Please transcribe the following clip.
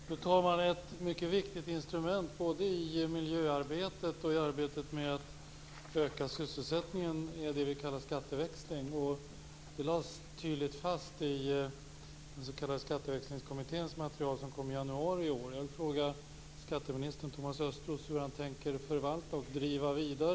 Fru talman! Ett mycket viktigt instrument både i miljöarbetet och i arbetet med att öka sysselsättningen är det som vi kallar för skatteväxling. Detta lades tydligt fast i den s.k. Skatteväxlingskommitténs material, som kom i januari i år.